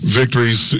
victories